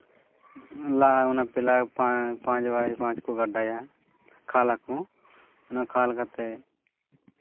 ᱞᱟ ᱚᱱᱟ ᱯᱤᱞᱟ ᱯᱟᱸᱪ ᱵᱟᱭ ᱯᱟᱸᱪ ᱠᱚ ᱜᱟᱰᱟᱭᱟ ᱠᱷᱟᱞ ᱟᱠᱚ ᱠᱷᱟᱞ ᱠᱟᱛᱮᱫ